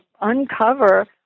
uncover